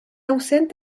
ausente